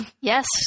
Yes